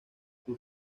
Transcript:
sus